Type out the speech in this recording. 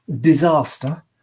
disaster